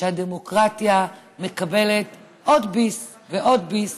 שהדמוקרטיה מקבלת עוד ביס ועוד ביס